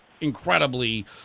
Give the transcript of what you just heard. incredibly